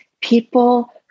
people